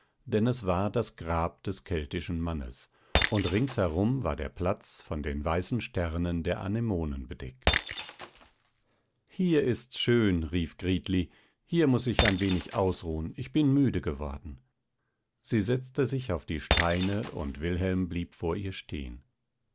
denn es war das grab des keltischen mannes und ringsherum war der platz von den weißen sternen der anemonen bedeckt hier ist's schön rief gritli hier muß ich ein wenig ausruhen ich bin müde geworden sie setzte sich auf die steine und wilhelm blieb vor ihr stehen